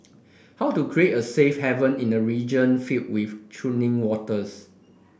how to create a safe haven in a region filled with churning waters